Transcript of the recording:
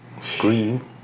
scream